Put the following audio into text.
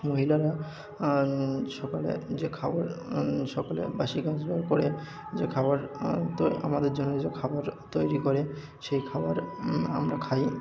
মহিলারা সকালে যে খাবার সকালে বাসি কাজ করে যে খাবার আমাদের জন্য যে খাবার তৈরি করে সেই খাবার আমরা খাই